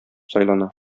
сайлана